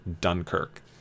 Dunkirk